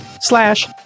slash